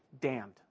damned